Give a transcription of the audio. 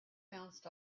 bounced